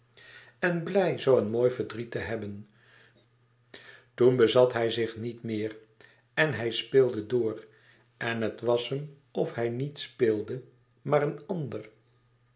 en blij zoo een mooi verdriet te hebben toen bezat hij zich niet meer en hij speelde door en het was hem of hij niet speelde maar een ander